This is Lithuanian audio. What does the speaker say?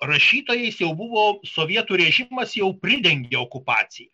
rašytojais jau buvo sovietų režimas jau pridengė okupaciją